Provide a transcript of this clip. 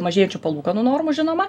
mažėjančių palūkanų normų žinoma